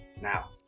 Now